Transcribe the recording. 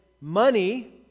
money